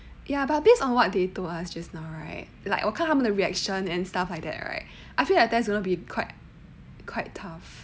ya but based on what they told us just now right like 我看他们的 reaction and stuff like that right I feel like that's gonna be quite tough